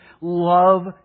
love